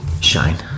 shine